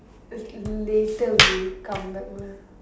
later we'll come back one